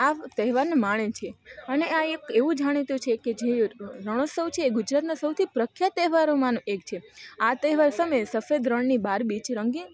આ તહેવારને માણે છે અને આ એક એવું જાણીતું છે કે જે ર રણોત્સવ છે ગુજરાતના સૌથી પ્રખ્યાત તહેવારોમાંનો એક છે આ તહેવાર સમય સફેદ રણની બાર બેચ રંગીન